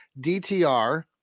DTR